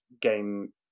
game